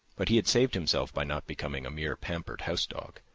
but he had saved himself by not becoming a mere pampered house-dog.